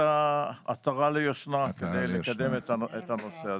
עטרה ליושנה כדי באמת לקדם את הנושא הזה.